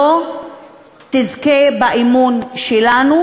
לא תזכה באמון שלנו,